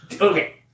okay